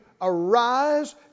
arise